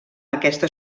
aquesta